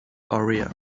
area